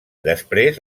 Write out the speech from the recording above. després